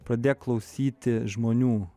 pradėk klausyti žmonių